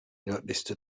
nördlichste